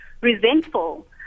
resentful